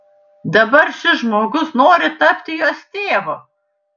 dabar šis žmogus nori tapti jos tėvu